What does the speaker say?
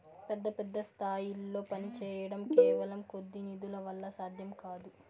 పెద్ద పెద్ద స్థాయిల్లో పనిచేయడం కేవలం కొద్ది నిధుల వల్ల సాధ్యం కాదు